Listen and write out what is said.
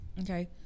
Okay